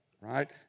right